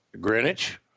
Greenwich